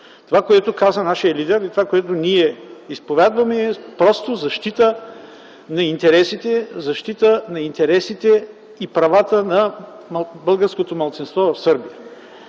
Това, което каза нашият лидер, и това, което ние изповядваме, е просто защита на интересите и правата на българското малцинство в Сърбия.